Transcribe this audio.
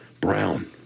Brown